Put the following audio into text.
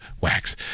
wax